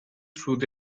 through